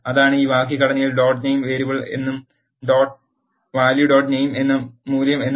അതാണ് ഈ വാക്യഘടനയിൽ ഡോട്ട് നെയിം വേരിയബിൾ എന്നും വാല്യൂ ഡോട്ട് നെയിം എന്നത് മൂല്യം എന്നും പറയുമ്പോൾ